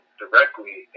directly